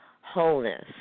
wholeness